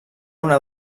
una